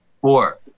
Four